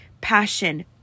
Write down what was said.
Passion